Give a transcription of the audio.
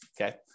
okay